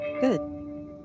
good